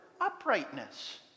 uprightness